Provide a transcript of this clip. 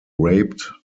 raped